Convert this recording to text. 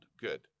Good